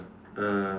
uh